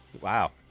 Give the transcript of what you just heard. Wow